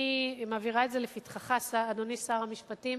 אני מעבירה את זה לפתחך, אדוני שר המשפטים,